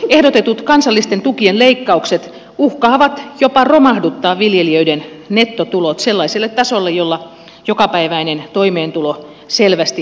ehdotetut kansallisten tukien leikkaukset uhkaavat jopa romahduttaa viljelijöiden nettotulot sellaiselle tasolle jolla jokapäiväinen toimeentulo selvästi vaarantuu